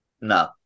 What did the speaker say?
No